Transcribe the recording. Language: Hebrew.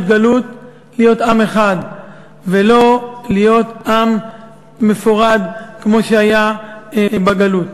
גלות להיות עם אחד ולא להיות עם מפורד כמו שהיה בגלות.